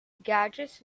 gadgets